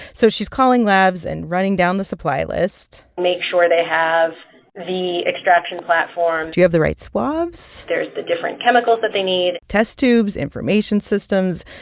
so she's calling labs and running down the supply list make sure they have the extraction platform do you have the right swabs? there's the different chemicals that they need test tubes, information systems.